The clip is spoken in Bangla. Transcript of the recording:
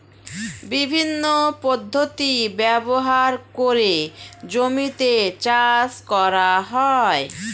বিভিন্ন পদ্ধতি ব্যবহার করে জমিতে চাষ করা হয়